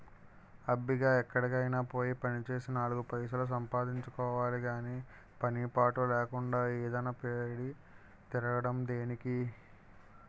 అబ్బిగా ఎక్కడికైనా పోయి పనిచేసి నాలుగు పైసలు సంపాదించుకోవాలి గాని పని పాటు లేకుండా ఈదిన పడి తిరగడం దేనికి?